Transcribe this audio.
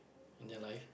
in their life